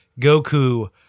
Goku